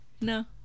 No